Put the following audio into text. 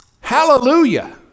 Hallelujah